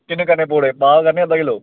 किन्ने करने पकौड़े भाव करने अद्धा किलो